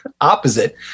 opposite